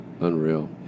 Unreal